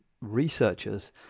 researchers